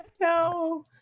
no